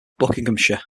buckinghamshire